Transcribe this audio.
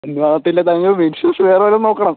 നാട്ടിലെ തെങ്ങ് വിശ്വസിച്ച് വേറെ ഏതെങ്കിലും നോക്കണം